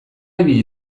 ibili